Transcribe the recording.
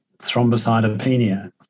thrombocytopenia